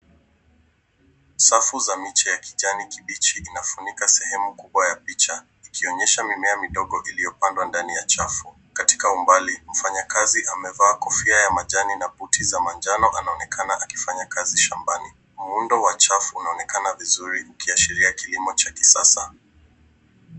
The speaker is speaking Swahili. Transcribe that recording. Safu za miche ya kijani kibichi inafunika sehemu kubwa ya picha ikionyesha mimea midogo iliyopandwa ndani ya chafu. Katika umbali mfanyakazi amevaa kofia ya majani na boot za manjano anaonekana akifanya kazi shambani. Muundo wa chafu unaonekana vizuri ukiashiria kilimo cha kisasa.